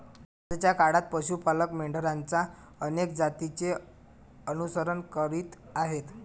आजच्या काळात पशु पालक मेंढरांच्या अनेक जातींचे अनुसरण करीत आहेत